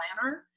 planner